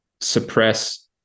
suppress